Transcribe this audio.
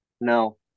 No